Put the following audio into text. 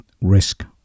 risk